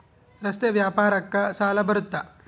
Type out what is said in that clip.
ರಸ್ತೆ ವ್ಯಾಪಾರಕ್ಕ ಸಾಲ ಬರುತ್ತಾ?